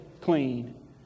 clean